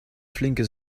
flinke